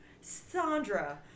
Sandra